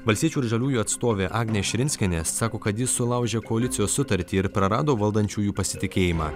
valstiečių ir žaliųjų atstovė agnė širinskienė sako kad jis sulaužė koalicijos sutartį ir prarado valdančiųjų pasitikėjimą